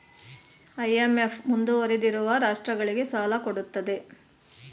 IMF ಮುಂದುವರಿದಿರುವ ರಾಷ್ಟ್ರಗಳಿಗೆ ಸಾಲ ಕೊಡುತ್ತದೆ